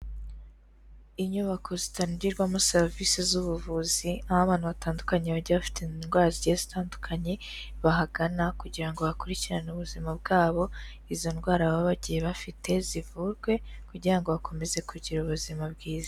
Inyubako zitangirwamo serivise z'ubuvuzi aho abantu batandukanye bagiye bafite indwara zigiye zitandukanye bahagana kugira ngo bakurikirane ubuzima bwabo, izo ndwara baba bagiye bafite zivurwe kugira ngo bakomeze kugira ubuzima bwiza.